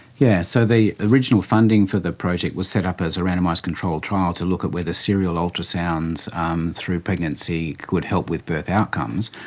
yes, so the original funding for the project was set up as a randomised controlled trial to look at whether serial ultrasounds um through pregnancy could help with birth outcomes.